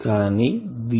కానీ దీనిలో కరెంటు వుంది